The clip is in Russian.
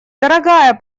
дорогая